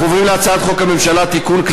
אנחנו עוברים להצעת חוק הממשלה (תיקון,